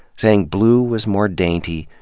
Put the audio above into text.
saying blue was more dainty,